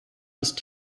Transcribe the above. ist